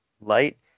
light